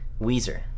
Weezer